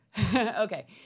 Okay